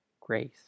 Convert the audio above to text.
grace